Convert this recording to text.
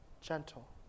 gentle